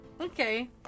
Okay